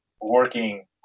working